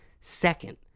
second